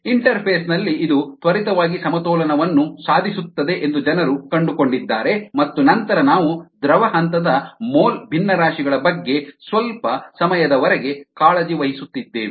ಇಂಟರ್ಫೇಸ್ನಲ್ಲಿ ಇದು ತ್ವರಿತವಾಗಿ ಸಮತೋಲನವನ್ನು ಸಾಧಿಸುತ್ತದೆ ಎಂದು ಜನರು ಕಂಡುಕೊಂಡಿದ್ದಾರೆ ಮತ್ತು ನಂತರ ನಾವು ದ್ರವ ಹಂತದ ಮೋಲ್ ಭಿನ್ನರಾಶಿಗಳ ಬಗ್ಗೆ ಸ್ವಲ್ಪ ಸಮಯದವರೆಗೆ ಕಾಳಜಿ ವಹಿಸುತ್ತಿದ್ದೇವೆ